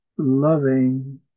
loving